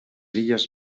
illes